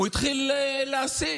הוא התחיל להסית: